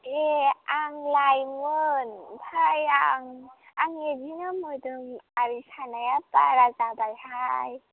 ए आं लाइमोन ओमफ्राय आं आंनि बिदिनो मोदोम आरि सानाया बारा जाबाय हाय